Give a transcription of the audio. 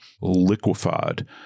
liquefied